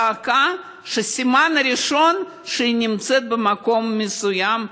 צעקה שהיא סימן ראשון שהיא נמצאת במקום מסוים,